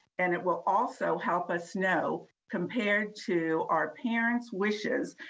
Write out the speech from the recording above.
and it will also help us know compared to our parents wishes,